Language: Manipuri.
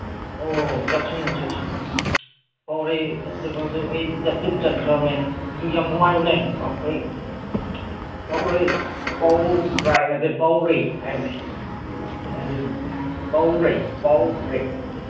ꯑꯣ ꯆꯠꯁꯤꯅꯦ ꯆꯠꯁꯤꯅꯦ ꯄꯥꯎꯔꯩ ꯐꯦꯁꯇꯤꯚꯦꯜꯗꯨ ꯑꯩ ꯆꯠꯕꯨꯗꯤ ꯆꯠꯈ꯭ꯔꯕꯅꯦ ꯑꯗꯨ ꯌꯥꯝ ꯅꯨꯡꯉꯥꯏꯕꯅꯦ ꯃꯈꯣꯏ ꯄꯥꯎꯔꯩ ꯄꯥꯎꯔꯥꯏ ꯅꯠꯇꯦ ꯄꯥꯎꯔꯩ ꯍꯥꯏꯕꯅꯦ ꯈꯨꯟꯗꯨ ꯄꯥꯎꯔꯩ ꯄꯥꯎꯔꯩ